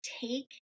take